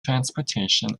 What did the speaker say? transportation